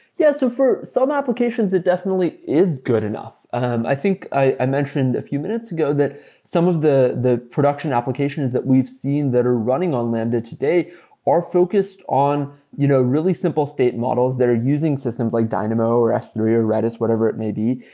yeah. so for some applications, it definitely is good enough. i think i mentioned a few minutes ago that some of the the production applications that we've seen that are running on lambda today are focused on you know really simple state models that are using systems like dynamo, or s three, or redis, whatever it may be,